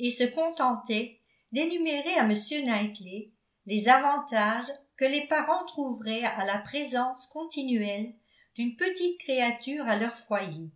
et se contentait d'énumérer à m knightley les avantages que les parents trouveraient à la présence continuelle d'une petite créature à leur foyer